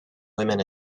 women